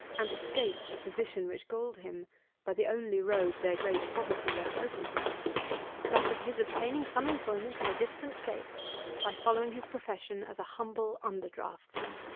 and escape the position which galled him by the only road their great poverty left open to them that of his obtaining some employment in a distant place by following his profession as a humble under-draughtsman.